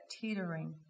teetering